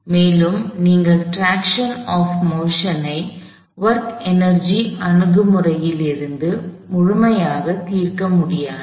மேலும் நீங்கள் direction of motion ஐ ஒர்க் எனர்ஜி அணுகுமுறையிலிருந்து முழுமையாக தீர்க்க முடியாது